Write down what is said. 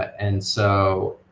and so